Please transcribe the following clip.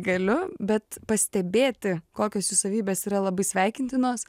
galiu bet pastebėti kokios jų savybės yra labai sveikintinos